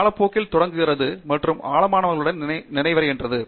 காலப்போக்கில் தொடங்குகிறது மற்றும் ஆழமானவர்களுடன் நிறைவடைகிறது